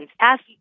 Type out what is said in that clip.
ask